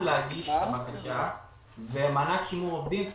יושב-ראש הוועדה,